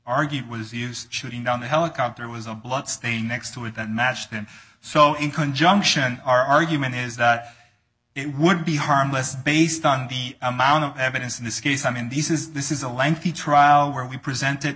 argued was used shooting down the helicopter was a blood stain next to it that matched and so in conjunction our argument is that it would be harmless based on the amount of evidence in this case i mean this is this is a lengthy trial where we present